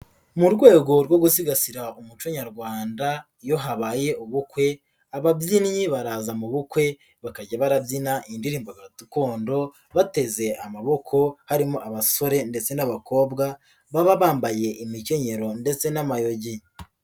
Mu rwego rwo gusigasira umuco nyarwanda iyo habaye ubukwe, ababyinnyi baraza mu bukwe, bakajya barabyina indirimbo gakondo, bateze amaboko, harimo abasore ndetse n'abakobwa, baba bambaye imikenyero ndetse n'amayogi.